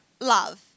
love